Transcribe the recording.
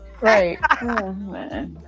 Right